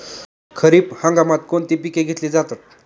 खरीप हंगामात कोणती पिके घेतली जातात?